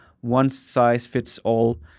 one-size-fits-all